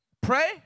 Pray